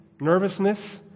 nervousness